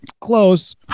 close